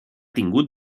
tingut